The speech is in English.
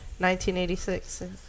1986